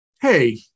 hey